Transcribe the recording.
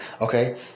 Okay